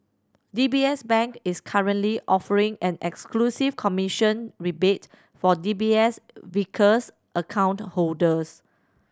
D B S Bank is currently offering an exclusive commission rebate for D B S Vickers account holders